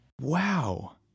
Wow